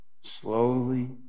slowly